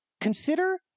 Consider